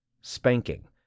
spanking